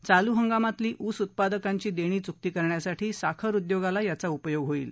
चालू हंगामातली ऊस उत्पादकांची देणी चुकती करण्यासाठी साखर उद्योगाला याचा उपयोग होईल